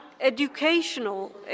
educational